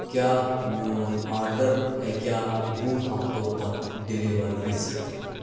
کیٛاہ میون آرڈر ہیٚکیٛاہ وُہ ہفتو پتہٕ ڈیلیور گٔژھِتھ